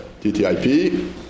TTIP